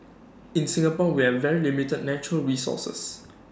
in Singapore we are very limited natural resources